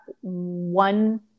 one